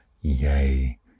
Yay